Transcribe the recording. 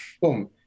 boom